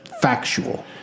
factual